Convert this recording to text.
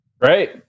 Great